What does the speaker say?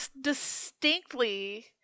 distinctly